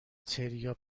تریا